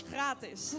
Gratis